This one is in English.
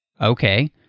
Okay